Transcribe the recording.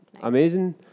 Amazing